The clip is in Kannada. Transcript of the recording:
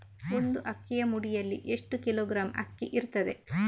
ಒಂದು ಅಕ್ಕಿಯ ಮುಡಿಯಲ್ಲಿ ಎಷ್ಟು ಕಿಲೋಗ್ರಾಂ ಅಕ್ಕಿ ಇರ್ತದೆ?